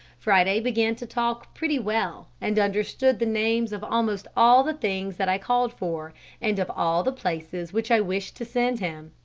friday began to talk pretty well and understood the names of almost all the things that i called for and of all the places which i wished to send him.